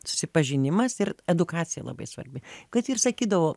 susipažinimas ir edukacija labai svarbi kad ir sakydavo